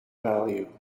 value